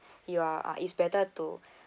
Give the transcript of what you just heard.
you are are it's better to